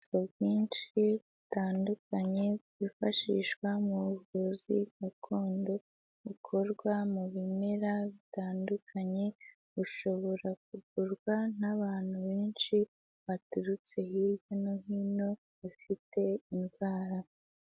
Ubwoko bwinshi butandukanye bwifashishwa muvuzi gakondo, bukorwa mu bimera bitandukanye bushobora kugurwa n'abantu benshi baturutse hirya no hino, bafite indwara.